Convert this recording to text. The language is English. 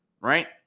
right